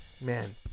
Man